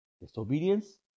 disobedience